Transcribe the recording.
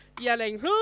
yelling